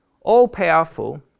all-powerful